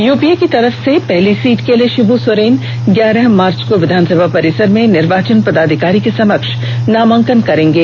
UPA की तरफ से पहले सीट के लिए शिव् सोरेन ग्यारह मार्च को विधानसभा परिसर में निर्वाचन पदाधिकारी के समक्ष नामांकन करेंगे